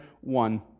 one